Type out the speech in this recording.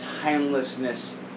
timelessness